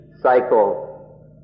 cycle